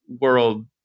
world